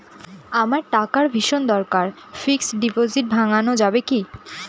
আমার টাকার ভীষণ দরকার ফিক্সট ডিপোজিট ভাঙ্গানো যাবে কি?